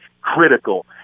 critical